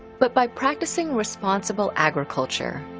but by practicing responsible agriculture,